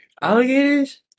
Alligators